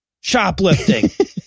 shoplifting